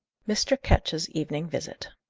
mr. ketch's evening visit.